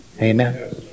Amen